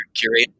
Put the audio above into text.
curate